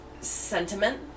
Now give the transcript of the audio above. sentiment